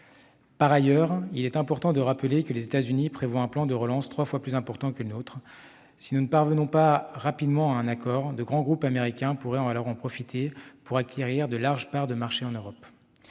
Par ailleurs, il est important de rappeler que les États-Unis prévoient un plan de relance trois fois plus important que le nôtre. Si nous ne parvenons pas rapidement à un accord, de grands groupes américains pourraient alors en profiter pour acquérir de larges parts de marché en Europe.